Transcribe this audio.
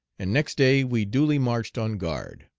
and next day we duly marched on guard.